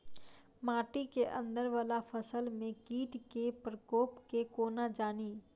माटि केँ अंदर वला फसल मे कीट केँ प्रकोप केँ कोना जानि?